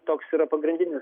toks yra pagrindinis